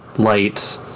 Light